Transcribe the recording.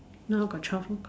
now I got twelve lor